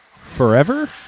Forever